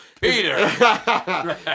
Peter